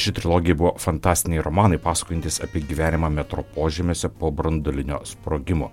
ši trilogija buvo fantastiniai romanai pasakojantys apie gyvenimą metro požemiuose po branduolinio sprogimo